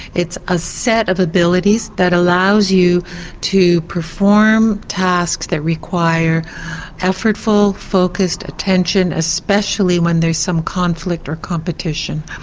it's a set of abilities that allows you to perform tasks that require effortful, focussed attention, especially when there's some conflict or competition.